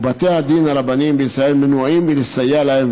ובתי הדין הרבניים בישראל מנועים מלסייע להן.